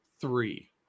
three